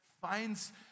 finds